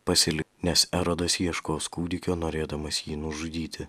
pasilik nes erodas ieškos kūdikio norėdamas jį nužudyti